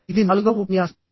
ఇది నాలుగవ ఉపన్యాసం